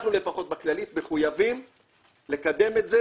אנחנו לפחות בכללית מחויבים לקדם את זה